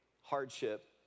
hardship